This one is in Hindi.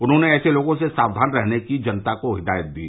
उन्होंने ऐसे लोगों से साक्यान रहने की जनता को हिदायत दी